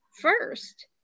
first